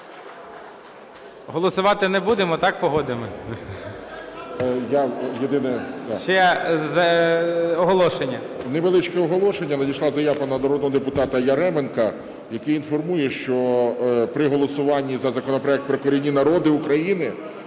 Оголошення. 11:56:28 СТЕФАНЧУК Р.О. Невеличке оголошення. Надійшла заява народного депутата Яременка, який інформує, що при голосуванні за законопроект про корінні народи України